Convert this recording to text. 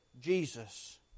Jesus